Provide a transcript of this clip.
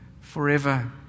forever